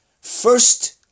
first